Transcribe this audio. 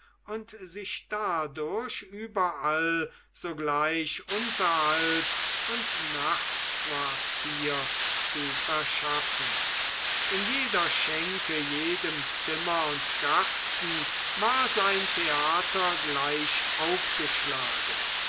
und sich dadurch überall sogleich unterhalt und nachtquartier zu verschaffen in jeder schenke jedem zimmer und garten war sein theater gleich aufgeschlagen